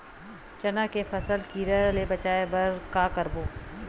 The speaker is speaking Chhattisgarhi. चना के फसल कीरा ले बचाय बर का करबो?